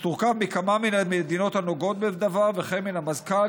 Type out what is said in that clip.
שתורכב מכמה מן המדינות הנוגעות בדבר וכן מן המזכ"ל,